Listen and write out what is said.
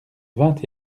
vingt